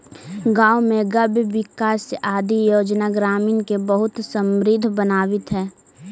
गाँव में गव्यविकास आदि योजना ग्रामीण के बहुत समृद्ध बनावित हइ